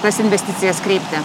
tas investicijas kreipti